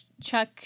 Chuck